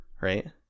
right